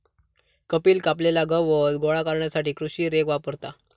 कपिल कापलेला गवत गोळा करण्यासाठी कृषी रेक वापरता